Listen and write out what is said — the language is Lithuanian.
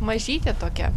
mažytė tokia